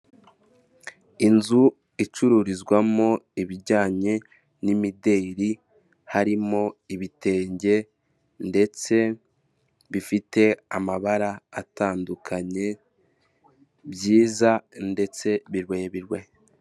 Inzu icururizwamo ibijyanye ni imideli, harimo ibitenge ndetse bifite amabara atandukanye, byiza ndetse birebire.